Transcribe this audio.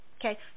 Okay